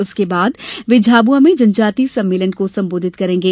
उसके बाद वे झाबुआ में जनजातीय सम्मेलन को संबोधित करेंगे